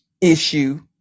issue